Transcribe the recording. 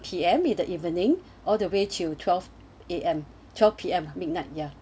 P_M in the evening all the way to twelve A_M twelve P_M midnight ya